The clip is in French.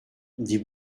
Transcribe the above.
dit